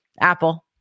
apple